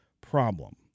problem